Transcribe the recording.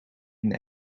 een